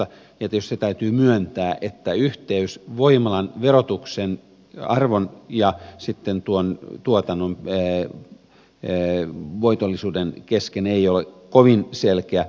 tietysti se täytyy myöntää että yhteys voimalan verotuksen arvon ja tuon tuotannon voitollisuuden kesken ei ole kovin selkeä